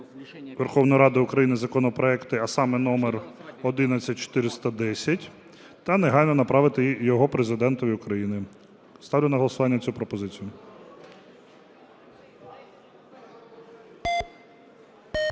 Верховною Радою України законопроект, а саме номер 11410, та негайно направити його Президентові України. Ставлю на голосування цю пропозицію.